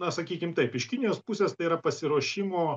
na sakykim taip iš kinijos pusės tai yra pasiruošimo